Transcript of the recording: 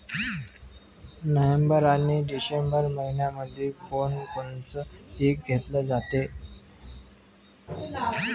November अन December मइन्यामंधी कोण कोनचं पीक घेतलं जाते?